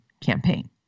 campaign